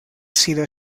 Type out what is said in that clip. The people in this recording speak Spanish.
sido